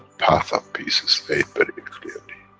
path of peace is laid very clearly.